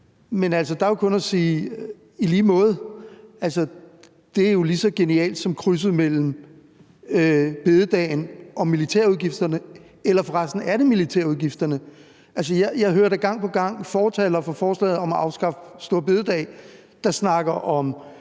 men der er jo kun at sige: i lige måde. Det er jo lige så genialt som krydset mellem store bededag og militærudgifterne. Eller for resten: Er det militærudgifterne? Jeg hører da gang på gang fortalere for forslaget om at afskaffe store bededag, som snakker om